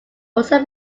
also